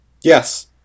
Yes